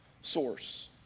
source